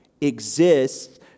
exists